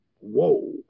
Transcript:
Whoa